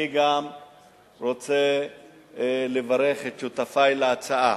אני גם רוצה לברך את שותפי להצעה,